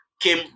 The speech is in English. came